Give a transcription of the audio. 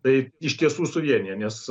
tai iš tiesų suvienija nes